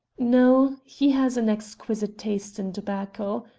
no, he has an exquisite taste in tobacco.